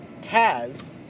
Taz